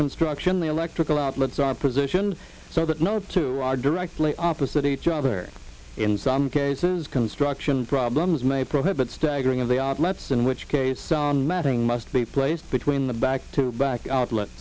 construction the electrical outlets are positioned so that no two are directly opposite each other in some cases construction problems may prohibit staggering of the outlets in which case sound matting must be placed between the back to back outlet